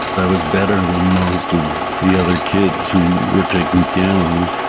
i was better than most of the other kids who were taking piano. um